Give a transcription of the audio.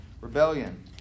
rebellion